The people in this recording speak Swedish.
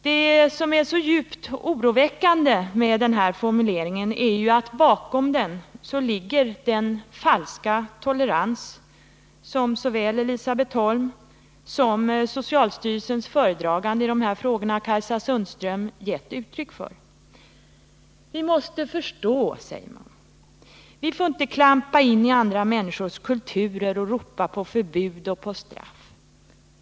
Vad som är djupt oroväckande med denna formulering är att bakom den ligger den falska tolerans som såväl Elisabet Holm som socialstyrelsens föredragande i dessa frågor, Kajsa Sundström, givit uttryck för. Vi måste förstå, säger de, vi får inte klampa in i andra människors kulturer och ropa på förbud och straff.